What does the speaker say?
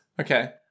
Okay